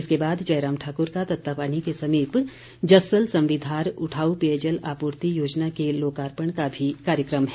इसके बाद जयराम ठाक्र का तत्तापानी के समीप जस्सल संवीधार उठाऊ पेयजल आपूर्ति योजना के लोकार्पण का भी कार्यक्रम है